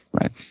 Right